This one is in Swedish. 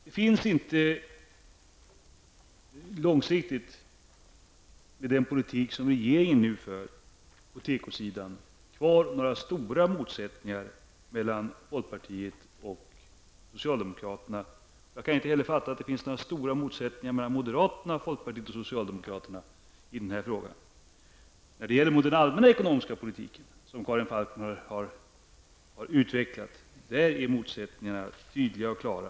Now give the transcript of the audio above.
Det finns inte långsiktigt med den politik som regeringen nu för på tekosidan kvar några stora motsättningar mellan folkpartiet och socialdemokraterna. Jag kan heller inte förstå att det finns några stora motsättningar mellan moderaterna, folkpartiet och socialdemokraterna i den här frågan. När det däremot gäller den allmänna ekonomiska politiken är, som Karin Falkmer har utvecklat, motsättningarna tydliga och klara.